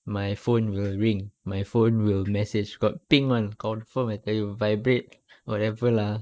my phone will ring my phone will message got ping [one] confirm I tell you vibrate or whatever lah